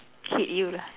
hit you lah